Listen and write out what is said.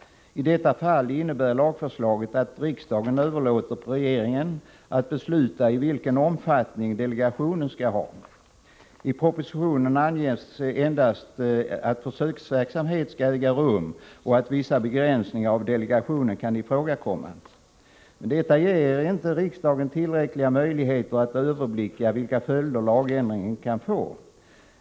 I detta fall innebär lagförslaget att riksdagen överlåter på regeringen att besluta, vilken omfattning delegationen skall ha. I propositionerna anges endast att försöksverksamhet skall äga rum och att vissa begränsningar av delegationen kan ifrågakomma. Detta ger inte riksdagen tillräckliga möjligheter att överblicka vilka följder lagändringen = Nr 50 kan få.